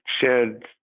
shared